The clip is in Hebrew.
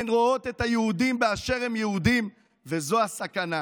הן רואות את היהודים באשר הם יהודים, וזו הסכנה.